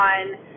on